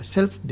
Self